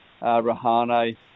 Rahane